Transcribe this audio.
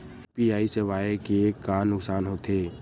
UPI सेवाएं के का नुकसान हो थे?